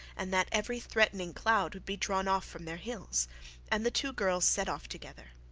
and that every threatening cloud would be drawn off from their hills and the two girls set off together.